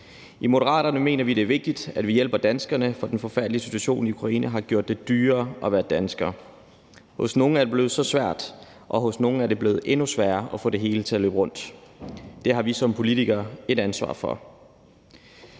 I Moderaterne mener vi, det er vigtigt, at vi hjælper danskerne, for den forfærdelige situation i Ukraine har gjort det dyrere at være dansker. Hos nogle er det blevet svært – hos nogle endnu sværere – at få det hele til at løbe rundt. Det har vi som politikere et ansvar for.